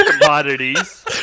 commodities